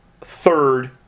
third